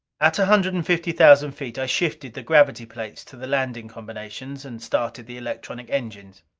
at a hundred and fifty thousand feet i shifted the gravity plates to the landing combinations, and started the electronic engines.